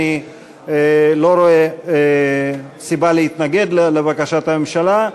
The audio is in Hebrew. אני לא רואה סיבה להתנגד לבקשת הממשלה,